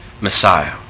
Messiah